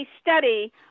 study